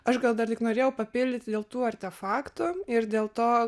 aš gal tik norėjau papildyti dėl tų artefaktų ir dėl to